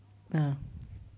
ah